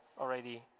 already